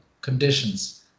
conditions